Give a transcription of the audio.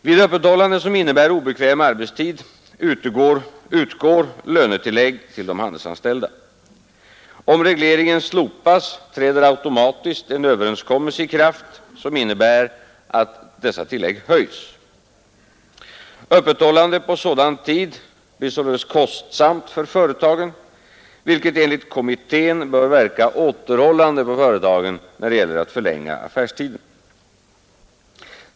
Vid öppethållande som innebär obekväm arbetstid utgår lönetillägg till de handelsanställda. Om regleringen slopas träder automatiskt en överenskommelse i kraft som innebär att dessa tillägg höjs. Öppethållande på sådan tid blir således kostsamt för företagen, vilket enligt kommittén bör verka återhållande på företagen när det gäller att förlänga affärstiden.